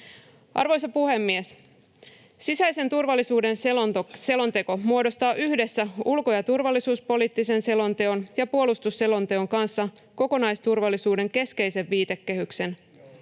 Arvoisa puhemies! Sisäisen turvallisuuden selonteko muodostaa yhdessä ulko- ja turvallisuuspoliittisen selonteon ja puolustusselonteon kanssa kokonaisturvallisuuden keskeisen viitekehyksen.